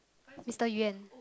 Mister Yuan